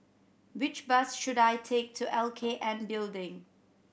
which bus should I take to L K N Building